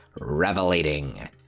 revelating